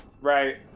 Right